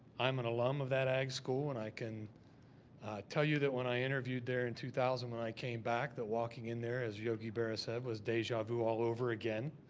i am an alum of that ag school and i can tell you that when i interviewed there in two thousand when i came back that walking in there, as yogi berra said, was deja vu all over again.